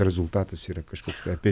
rezultatas yra kažkoks apie